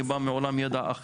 אני בא מעולם ידע אחר.